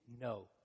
no